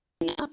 enough